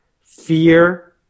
Fear